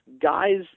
guys